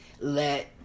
Let